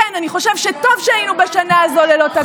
האם אני חושבת שניתן לעשות יותר?